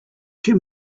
too